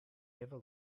never